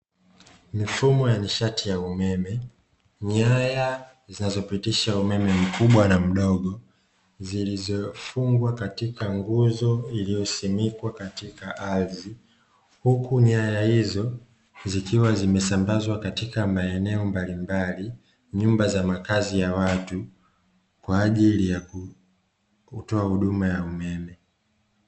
Mifumo ya nishati ya umeme, nyaya zinazopitisha umeme mkubwa na mdogo, zilizofungwa katika nguzo iliosimikwa katika ardhi, huku nyaya hizo zikiwa zimesambazwa katika maeneo mbalimbali, nyumba za makazi ya watu kwa ajili ya kutoa huduma ya umeme.